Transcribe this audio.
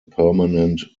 permanent